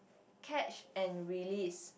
catch and release